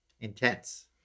intense